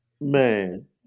man